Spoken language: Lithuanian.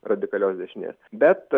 ten radikalios dešinės bet